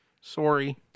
Sorry